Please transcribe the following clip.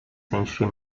century